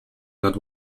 not